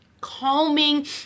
calming